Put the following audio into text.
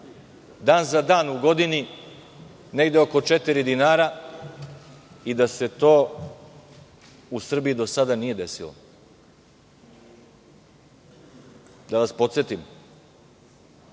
dan za dan u godini, negde oko četiri dinara i da se to u Srbiji do sada nije desilo. Da vas podsetim,